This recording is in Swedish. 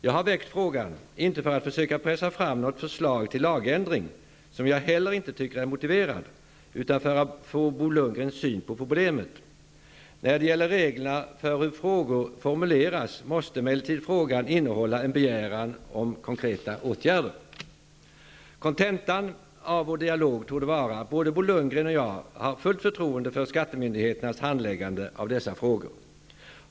Jag har väckt frågan, inte för att försöka pressa fram något förslag till lagändring — som jag heller inte tycker är motiverat — utan för att få Bo Lundgrens syn på problemet. Enligt reglerna för hur frågor formuleras måste emellertid frågan innehålla er begäran om konkreta åtgärder. Kontentan av vår dialog torde vara att både Bo Lundgren och jag har fullt förtroende för skattemyndigheternas handläggande av dessa frågor.